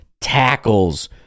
tackles